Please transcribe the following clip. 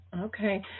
Okay